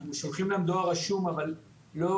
אנחנו שולחים להם דואר רשום אבל אין